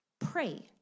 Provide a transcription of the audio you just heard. pray